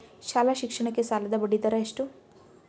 ಶಾಲಾ ಶಿಕ್ಷಣಕ್ಕೆ ಸಾಲದ ಬಡ್ಡಿದರ ಎಷ್ಟು?